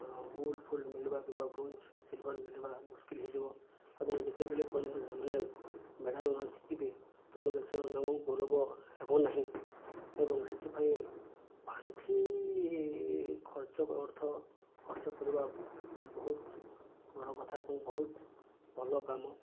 gold ଫୁଲ୍ ମିଳିବା କିମ୍ବା ବ୍ରୋଞ୍ଜ୍ ସିଲଭର୍ ମିଳିବା ମୁସ୍କିଲ୍ ହେଇଯିବ ଏବଂ ଯେତେବେଳେ ପର୍ଯ୍ୟନ୍ତ ସେମାନେ ମେଡ଼ାଲ୍ ନଜିତିବେ ଆମ ଦେଶର ନାମ ଗୌରବ ହେବ ନାହିଁ ଏବଂ ସେଥିପାଇଁ ପାଣ୍ଠି ଖର୍ଚ୍ଚ ଅର୍ଥ ଖର୍ଚ୍ଚ କରିବା ବହୁତ ବଡ଼ କଥା ଏବଂ ବହୁତ ଭଲ କାମ